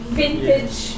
vintage